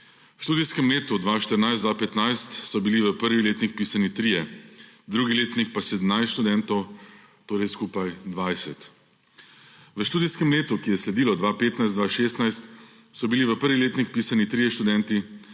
v študijskem letu 2014/2015 so bili v 1. letnik vpisani trije, v 2. letnik pa 17 študentov, to je skupaj 20. V študijskem letu, ki je sledilo, 2015/2016 so bili v 1. letnik vpisani trije študenti,